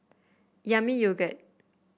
Yami Yogurt